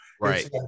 Right